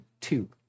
two